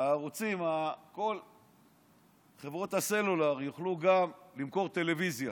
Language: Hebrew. כל חברות הסלולר יוכלו למכור גם טלוויזיה.